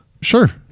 Sure